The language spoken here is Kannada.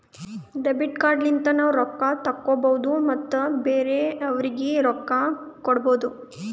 ಡೆಬಿಟ್ ಕಾರ್ಡ್ ಲಿಂತ ನಾವ್ ರೊಕ್ಕಾ ತೆಕ್ಕೋಭೌದು ಮತ್ ಬೇರೆಯವ್ರಿಗಿ ರೊಕ್ಕಾ ಕೊಡ್ಭೌದು